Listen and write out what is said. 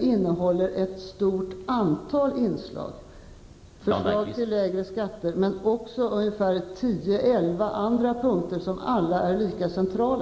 innehåller ett stort antal inslag, förslag till lägre skatter men också ungefär tio elva andra punkter, som alla är lika centrala.